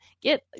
Get